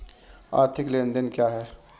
आर्थिक लेनदेन क्या है?